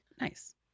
Nice